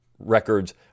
records